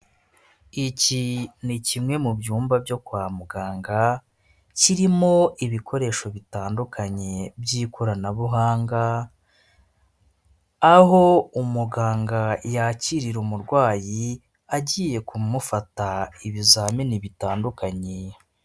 Iki ni kimwe mu byumba byo kwa muganga kirimo ibikoresho bitandukanye by'ikoranabuhanga, aho umuganga yakirira umurwayi agiye kumufata ibizamini bitandukanye.